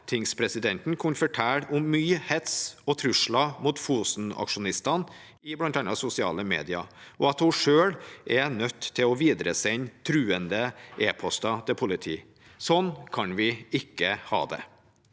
Sametingspresidenten kunne fortelle om mye hets og trusler mot Fosen-aksjonistene i bl.a. sosiale medier, og at hun selv er nødt til å videresende truende e-poster til politiet. Sånn kan vi ikke ha det.